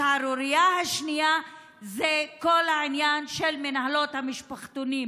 השערורייה השנייה היא כל העניין של מנהלות המשפחתונים.